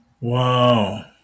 Wow